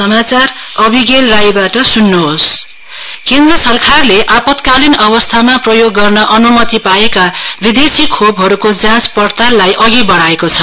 centre vaccine केन्द्र सरकारले आपत्कालिन अवस्थामा प्रयोग गर्न अन्मति पाएका विदेशी खोपहरूको जाँच पडताललाई अघि बढाएको छ